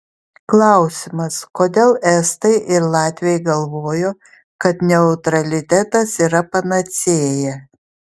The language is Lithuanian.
klausimas kodėl estai ir latviai galvojo kad neutralitetas yra panacėja